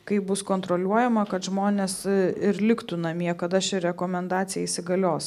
kaip bus kontroliuojama kad žmonės ir liktų namie kada ši rekomendacija įsigalios